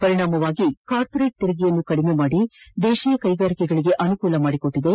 ಪರಿಣಾಮವಾಗಿ ಕಾರ್ಪೊರೇಟ್ ತೆರಿಗೆಯನ್ನು ಕಡಿಮೆ ಮಾಡಿ ದೇಶೀಯ ಕೈಗಾರಿಕೆಗಳಿಗೆ ಅನುಕೂಲ ಮಾಡಿಕೊಟ್ಟದೆ